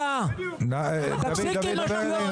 עזבו אל תיכנסו,